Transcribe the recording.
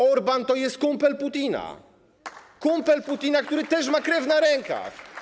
Orbán to jest kumpel Putina, kumpel Putina, który też ma krew na rękach.